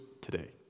today